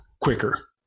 quicker